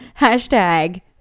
Hashtag